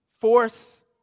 force